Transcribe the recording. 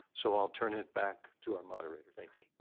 so i'll turn it back to our moderator. thank you.